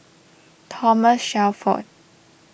Thomas Shelford